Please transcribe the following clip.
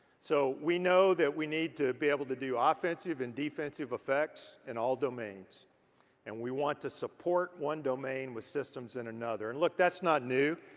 so we know that we need to be able to do ah offensive and defensive affects in all domains and we want to support one domain with systems in another. and look, that's not new.